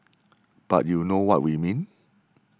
but you know what we mean